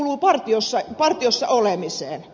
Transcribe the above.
aika kuluu partiossa olemiseen